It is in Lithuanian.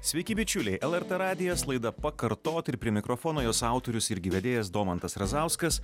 sveiki bičiuliai lrt radijas laida pakartot ir prie mikrofono jos autorius irgi vedėjas domantas razauskas